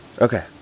Okay